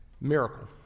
Miracle